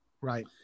Right